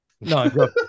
No